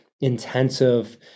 intensive